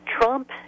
Trump